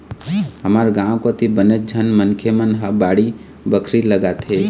हमर गाँव कोती बनेच झन मनखे मन ह बाड़ी बखरी लगाथे